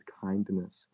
kindness